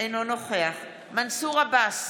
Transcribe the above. אינו נוכח מנסור עבאס,